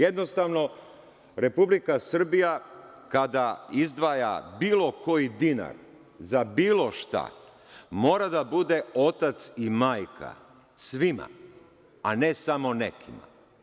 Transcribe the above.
Jednostavno, Republika Srbija, kada izdvaja bilo koji dinar za bilo šta, mora da bude otac i majka svima, a ne samo nekima.